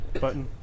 button